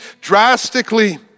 drastically